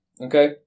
Okay